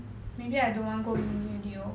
maybe I don't want go uni already lor